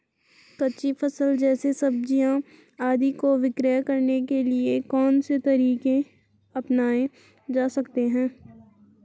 कच्ची फसल जैसे सब्जियाँ आदि को विक्रय करने के लिये कौन से तरीके अपनायें जा सकते हैं?